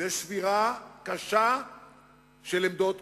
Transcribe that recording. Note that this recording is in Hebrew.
זו שבירה קשה של עמדות קודמות.